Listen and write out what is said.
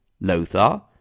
Lothar